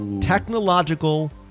technological